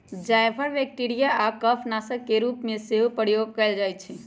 जाफर bacteria आऽ कफ नाशक के रूप में सेहो प्रयोग कएल जाइ छइ